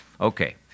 Okay